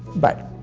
but,